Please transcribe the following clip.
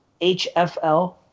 HFL